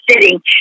sitting